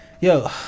Yo